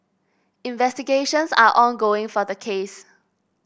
investigations are ongoing for the case